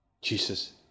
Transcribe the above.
Jesus